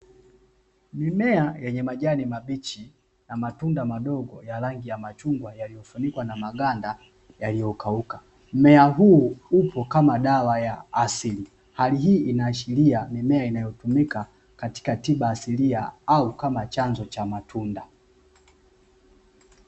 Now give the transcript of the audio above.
Mimea yenye majani mabichi na matunda madogo ya rangi ya machungwa yaliyofunikwa na maganda yaliyokauka, mimea huu upo kama dawa ya asili, hali hii inaashiria mimea inayotumika katika tiba asilia au kama chanzo cha matunda.